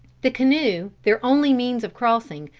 the canoe, their only means of crossing,